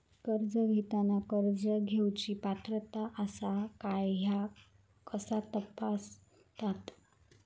कर्ज घेताना कर्ज घेवची पात्रता आसा काय ह्या कसा तपासतात?